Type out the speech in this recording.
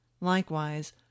Likewise